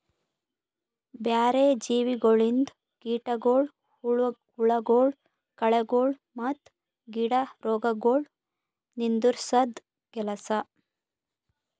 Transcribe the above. ಬ್ಯಾರೆ ಜೀವಿಗೊಳಿಂದ್ ಕೀಟಗೊಳ್, ಹುಳಗೊಳ್, ಕಳೆಗೊಳ್ ಮತ್ತ್ ಗಿಡ ರೋಗಗೊಳ್ ನಿಂದುರ್ಸದ್ ಕೆಲಸ